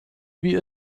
wie